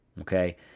okay